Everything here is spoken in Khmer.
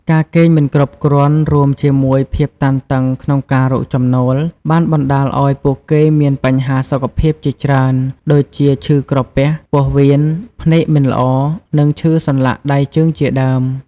ការគេងមិនគ្រប់គ្រាន់ រួមជាមួយភាពតានតឹងក្នុងការរកចំណូល បានបណ្ដាលឱ្យពួកគេមានបញ្ហាសុខភាពជាច្រើន ដូចជាឈឺក្រពះ ពោះវៀន ភ្នែកមិនល្អ និងឈឺសន្លាក់ដៃជើងជាដើម។